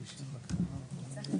אומר השופט אוקון "יש לזכור", רק במילה.